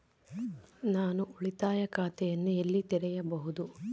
ನಾನು ಉಳಿತಾಯ ಖಾತೆಯನ್ನು ಎಲ್ಲಿ ತೆರೆಯಬಹುದು?